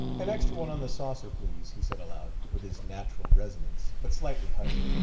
an extra one on the saucer, please, he said aloud, with his natural resonance but slightly hushed.